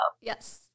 Yes